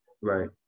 Right